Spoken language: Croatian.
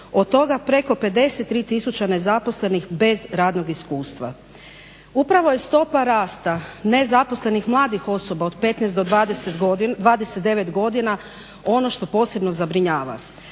od toga preko 53 tisuće nezaposlenih bez radnog iskustva. Upravo je stopa rasta nezaposlenih mladih osoba od petnaest do dvadeset devet godina ono što posebno zabrinjava.